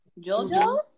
JoJo